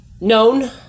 known